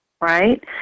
right